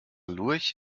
lurch